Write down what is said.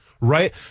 right